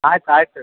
ಆಯ್ತು ಆಯ್ತು ಸರ್